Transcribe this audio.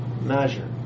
measure